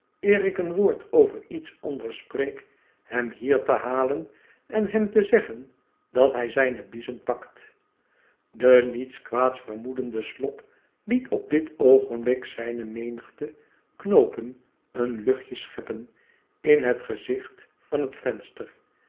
ik een woord over iets anders spreek hem hier te halen en hem te zeggen dat hij zijne biezen pakt de niets kwaads vermoedende slop liet op dit oogenblik zijne menigte kaoopea een luchtje scheppen in het gezicht van het venster